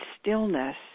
stillness